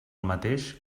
mateix